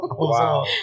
Wow